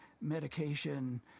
medication